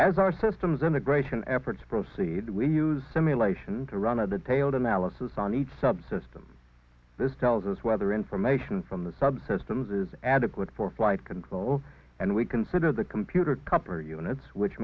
as our systems integration efforts proceed we use simulation to run a detailed analysis on each subsystem this tells us whether information from the subsystems is adequate for flight control and we consider the computer cupper units which